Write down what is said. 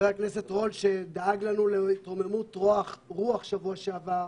הכנסת רול גרם לנו להתרוממות רוח אחרי הדיון בשבוע שעבר.